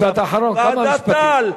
משפט אחרון, כמה משפטים?